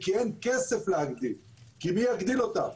כי אין כסף להגדיל, כי מי יגדיל אותם?